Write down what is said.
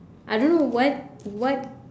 I don't know what what